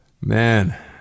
man